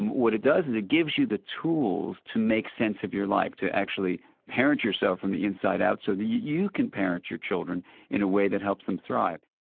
what it does is it gives you the tools to make sense of your life, to actually parent yourself from the inside out so that you you can parent your children in a way that helps them thrive.